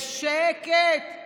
שקט,